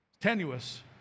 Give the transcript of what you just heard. tenuous